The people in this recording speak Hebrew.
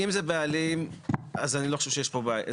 אם זה בעלים, אז אני לא חושב שיש פה בעיה.